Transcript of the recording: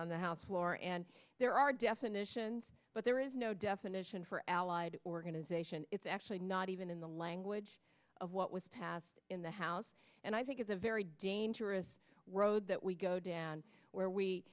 on the house floor and there are definitions but there is no definition for allied organization it's actually not even in the language of what was passed in the house and i think it's a very dangerous road that we go down where we